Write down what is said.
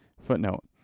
footnote